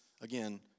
again